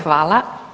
Hvala.